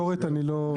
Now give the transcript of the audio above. --- תקשורת אני לא יודע.